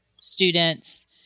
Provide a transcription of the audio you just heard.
students